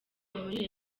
muri